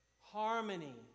harmony